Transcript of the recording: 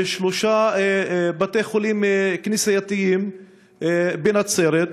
בשלושה בתי-חולים כנסייתיים בנצרת,